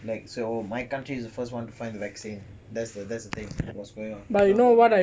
like so my country is the first one to find vaccine that's the that's the thing was going on